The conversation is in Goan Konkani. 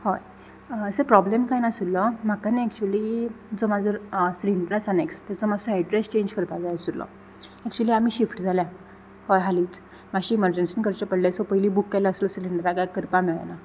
हय सो प्रॉब्लम काय नासुल्लो म्हाका न्ही एक्चुली जो म्हजो सिलिंडर आसा नॅक्स्ट ताजो मातसो एड्रॅस चेंज करपाक जाय आशिल्लो एक्चुली आमी शिफ्ट जाल्या हय हालींच मातशी इमर्जंसीन करचें पडलें सो पयली बूक केल्या आसलो सिलिंडरा कांय करपा मेळना